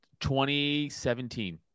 2017